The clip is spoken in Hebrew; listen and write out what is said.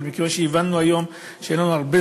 אבל מכיוון שהבנו היום שאין לנו הרבה